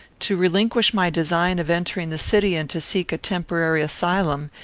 to relinquish my design of entering the city and to seek a temporary asylum,